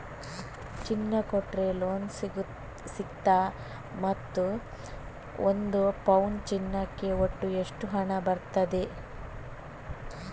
ಚಿನ್ನ ಕೊಟ್ರೆ ಲೋನ್ ಸಿಗ್ತದಾ ಮತ್ತು ಒಂದು ಪೌನು ಚಿನ್ನಕ್ಕೆ ಒಟ್ಟು ಎಷ್ಟು ಹಣ ಬರ್ತದೆ?